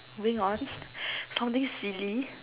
moving on something silly